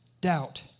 doubt